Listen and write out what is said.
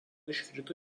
iškrito